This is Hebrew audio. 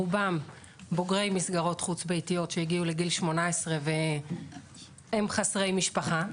רובם בוגרי מסגרות חוץ ביתיות שהגיעו לגיל 18 והם חסרי משפחה.